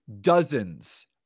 dozens